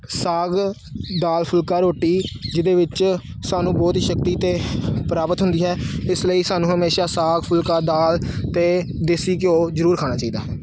ਸਾਗ ਦਾਲ ਫੁਲਕਾ ਰੋਟੀ ਜਿਹਦੇ ਵਿੱਚ ਸਾਨੂੰ ਬਹੁਤ ਹੀ ਸ਼ਕਤੀ ਅਤੇ ਪ੍ਰਾਪਤ ਹੁੰਦੀ ਹੈ ਇਸ ਲਈ ਸਾਨੂੰ ਹਮੇਸ਼ਾ ਸਾਗ ਫੁਲਕਾ ਦਾਲ ਅਤੇ ਦੇਸੀ ਘਿਉ ਜ਼ਰੂਰ ਖਾਣਾ ਚਾਹੀਦਾ